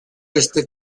este